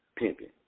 Pimpin